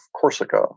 Corsica